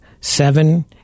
seven